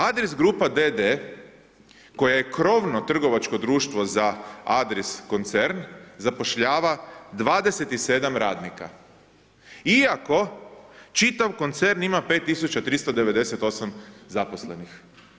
Adris grupa d.d. koja je krovno trgovačko društvo za Adris koncern, zapošljava 27 radnika iako čitav koncern ima 5398 zaposlenih.